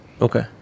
okay